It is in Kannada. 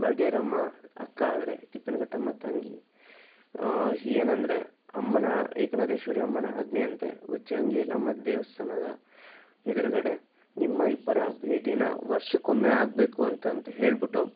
ಬರ್ಗೇರಮ್ಮ ಅಕ್ಕ ಆದರೆ ತಿಪ್ಪಿನ ಘಟ್ಟಮ್ಮ ತಂಗಿ ಏನಂದರೆ ಅಮ್ಮನ ಏಕನಾಥೇಶ್ವರಿ ಅಮ್ಮನ ಆಜ್ಞೆಯಂತೆ ಉಚ್ಛಂಗಿ ಯಲ್ಲಮ್ಮ ದೇವಸ್ಥಾನದ ಎದುರ್ಗಡೆ ನಿಮ್ಮ ಇಬ್ಬರ ಭೇಟಿನ ವರ್ಷಕೊಮ್ಮೆ ಆಗಬೇಕು ಅಂತಂತ ಹೇಳಿಬಿಟ್ಟು